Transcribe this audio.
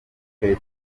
keza